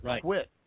quit